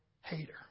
hater